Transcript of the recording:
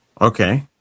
Okay